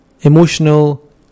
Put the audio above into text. Emotional